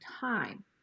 time